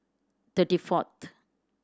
thirty fourth